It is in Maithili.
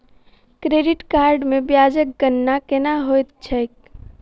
क्रेडिट कार्ड मे ब्याजक गणना केना होइत छैक